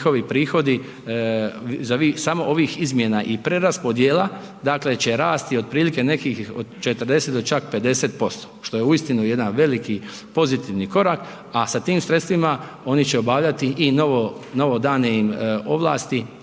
njihovi prihodi za vi samo ovih izmjena i preraspodjela dakle će rasti otprilike nekih 40 do čak 50%. Što je uistinu jedan veliki pozitivni korak, a sa tim sredstvima oni će obavljati i novo, novo dane im ovlasti